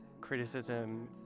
criticism